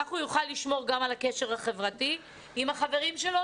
כך הוא יוכל לשמור גם על הקשר החברתי עם החברים שלו,